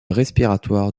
respiratoire